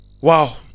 wow